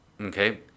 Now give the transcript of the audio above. Okay